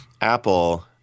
Apple